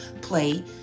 play